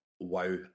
wow